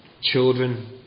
Children